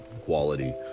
quality